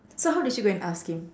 so how did you go and ask him